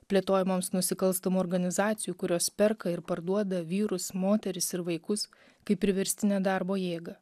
plėtojamoms nusikalstamų organizacijų kurios perka ir parduoda vyrus moteris ir vaikus kaip priverstinę darbo jėgą